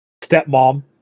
stepmom